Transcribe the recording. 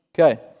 Okay